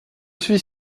suis